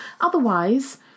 Otherwise